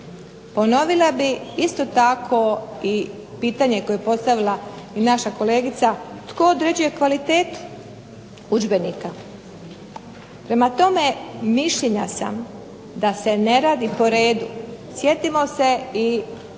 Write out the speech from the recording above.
Ponovila bih isto tako pitanje koje je postavila naša kolegica, tko određuje kvalitetu udžbenika? Prema tome mišljenja sam da se ne radi po redu, sjetimo se i